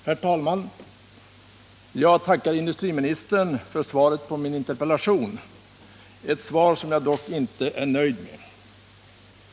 Herr talman! Jag tackar industriministern för svaret på interpellationen — ett svar som jag dock inte är nöjd med.